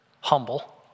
humble